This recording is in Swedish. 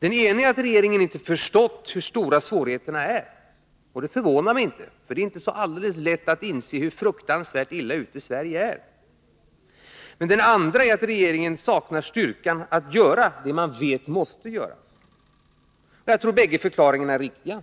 Den ena är att regeringen inte förstått hur stora svårigheterna är — och det förvånar mig inte, för det är inte så alldeles lätt att inse hur fruktansvärt illa ute Sverige är. Den andra förklaringen är, att regeringen saknar styrkan att göra det man vet måste göras. Jag tror bägge förklaringarna är riktiga.